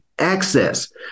Access